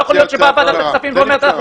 לא יכול להיות שבאה ועדת הכספים ואומרת שהיא